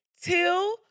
till